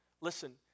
listen